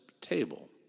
table